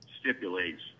stipulates